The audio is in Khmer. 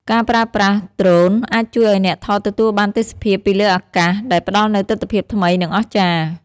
ការប្រើប្រាស់ Drone អាចជួយឲ្យអ្នកថតទទួលបានទេសភាពពីលើអាកាស ដែលផ្តល់នូវទិដ្ឋភាពថ្មី និងអស្ចារ្យ។